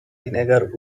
vinegar